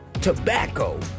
tobacco